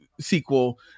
sequel